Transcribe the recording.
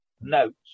notes